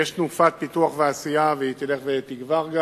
יש תנופת פיתוח ועשייה והיא גם תלך ותגבר,